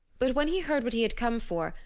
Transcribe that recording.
but when he heard what he had come for,